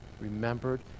remembered